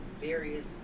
various